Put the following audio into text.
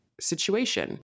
situation